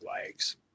legs